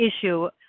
issue